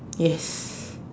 yes